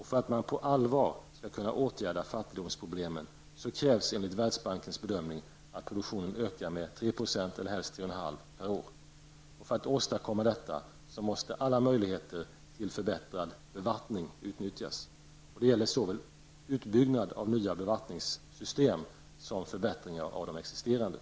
För att man på allvar skall kunna åtgärda fattigdomsproblemen krävs, enligt Världsbankens bedömningar, att produktionen ökar med 3 %, eller helst 3,5 %, per år. För att åstadkomma detta måste alla möjligheter till förbättrad bevattning utnyttjas. Det gäller såväl utbyggnad av nya bevattningssystem som förbättringar av de existerande.